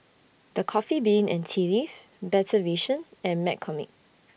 The Coffee Bean and Tea Leaf Better Vision and McCormick